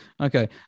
okay